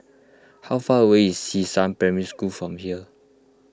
how far away is Xishan Primary School from here